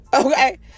okay